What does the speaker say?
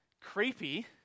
creepy